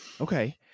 Okay